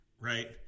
Right